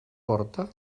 porta